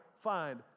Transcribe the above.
find